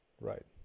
right